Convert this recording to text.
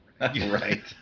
Right